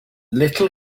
little